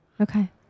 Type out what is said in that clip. Okay